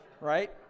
right